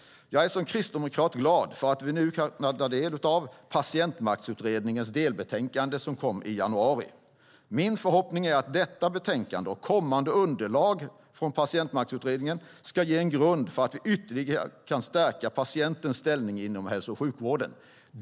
Jag är som kristdemokrat glad för att vi nu kunnat ta del av Patientmaktsutredningens delbetänkande som kom i januari. Min förhoppning är att detta betänkande och kommande underlag från Patientmaktsutredningen ska ge grund för att ytterligare stärka patientens ställning inom hälso och sjukvården.